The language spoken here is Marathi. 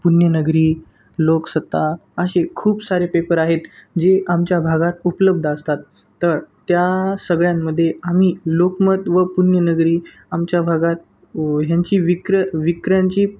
पुण्यनगरी लोकसत्ता असे खूप सारे पेपर आहेत जे आमच्या भागात उपलब्ध असतात तर त्या सगळ्यांमध्ये आम्ही लोकमत व पुण्यनगरी आमच्या भागात ह्यांची विक्र विक्र्यांची